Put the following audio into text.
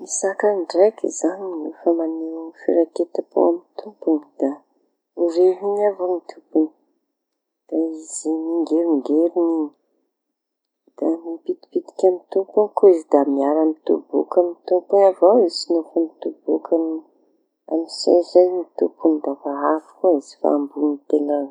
Ny saka ndraiky zañy no fa mañeho firaiketam-po amy tompoñy da horihiñy avao ny tompoñy. Da izy mingerongeroñy iñy da mipitipitiky amy tompoñy koa izy. Da miara-mitoboky amy tompoñy avao izy. No fa mitoboka amy seza iñy tompoñy de fa avy koa izy amboñin-teña.